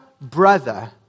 brother